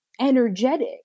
energetic